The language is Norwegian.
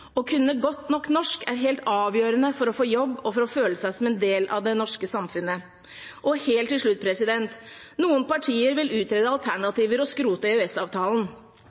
Å kunne godt nok norsk er helt avgjørende for å få jobb og for å føle seg som en del av det norske samfunnet. Helt til slutt: Noen partier vil utrede alternativer og skrote